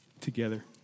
together